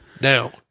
Now